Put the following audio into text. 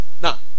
Now